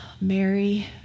Mary